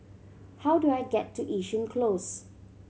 how do I get to Yishun Close